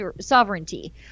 sovereignty